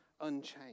unchanged